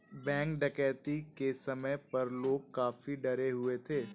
bank डकैती के समय पर लोग काफी डरे हुए थे